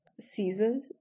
seasoned